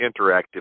interactive